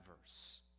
verse